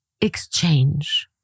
Exchange